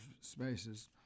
spaces